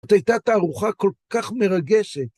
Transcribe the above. זאת הייתה תערוכה כל כך מרגשת.